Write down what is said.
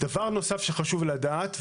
דבר נוסף שחשוב לדעת,